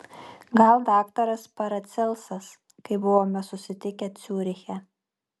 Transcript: gal daktaras paracelsas kai buvome susitikę ciuriche